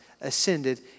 ascended